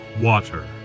Water